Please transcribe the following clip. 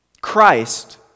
Christ